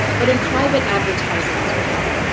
but in private advertising as well.